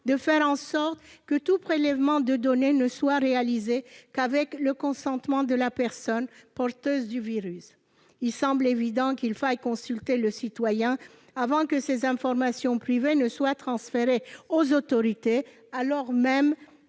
de faire en sorte que tout prélèvement de données ne soit réalisé qu'avec le consentement de la personne porteuse du virus. Il paraît évident qu'il faille consulter le citoyen avant que ces informations privées ne soient transférées aux autorités alors même